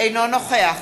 אינו נוכח